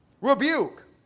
rebuke